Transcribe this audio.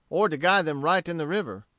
or to guide them right in the river.